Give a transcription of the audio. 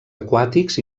aquàtics